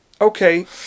Okay